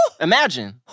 Imagine